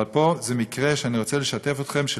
אבל פה זה מקרה שאני רוצה לשתף אתכם בו,